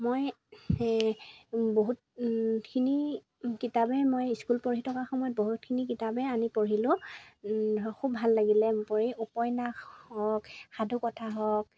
মই বহুত খিনি কিতাপেই মই স্কুল পঢ়ি থকাৰ সময়ত বহুতখিনি কিতাপেই আনি পঢ়িলোঁ ধৰক খুব ভাল লাগিলে পঢ়ি উপন্যাস হওক সাধুকথা হওক